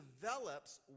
develops